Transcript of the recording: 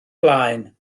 blaen